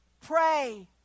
pray